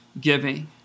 giving